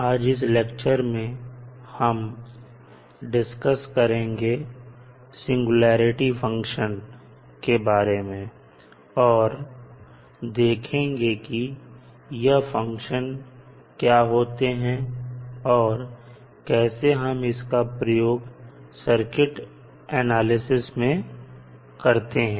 आज इस लेक्चर में हम डिसकस करेंगे सिंगुलेरिटी फंक्शन के बारे में और देखेंगे की यह फंक्शन क्या होते हैं और कैसे हम इसका प्रयोग सर्किट एनालिसिस ने करते हैं